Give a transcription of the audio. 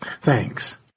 thanks